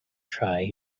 try